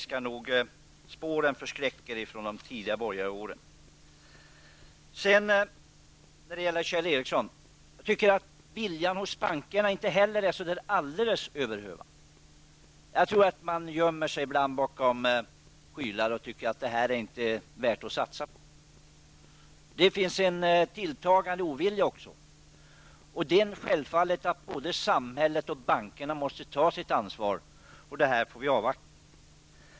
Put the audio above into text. Spåren från de borgerliga åren förskräcker. Sedan till Kjell Ericsson. Jag tycker inte heller att bankernas vilja är så där alldeles över hövan. Men man gömmer sig nog ibland bakom skygglappar och tänker att det här inte är värt att satsa på. Det finns också en tilltagande ovilja. Självfallet måste både bankerna och samhället ta sitt ansvar. Här får vi avvakta.